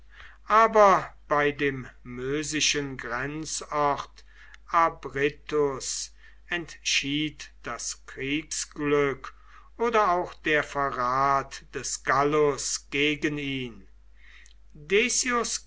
aber bei dem mösischen grenzort abrittus entschied das kriegsglück oder auch der verrat des gallus gegen ihn